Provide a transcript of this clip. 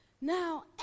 Now